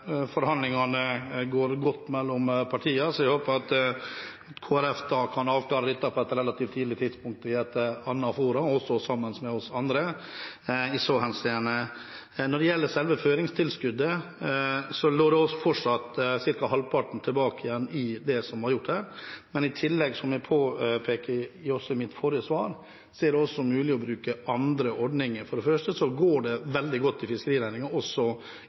forhandlingene går godt mellom partiene, så jeg håper at Kristelig Folkeparti da kan avklare dette på et relativt tidlig tidspunkt i et annet forum, også sammen med oss andre, i så henseende. Når det gjelder selve føringstilskuddet, holder vi fortsatt ca. halvparten tilbake, men i tillegg er det, som jeg påpekte i mitt forrige svar, mulig å bruke andre ordninger. For det første går det veldig godt i fiskerinæringen, også